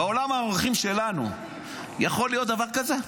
בעולם הערכים שלנו יכול להיות דבר כזה?